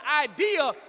idea